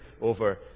over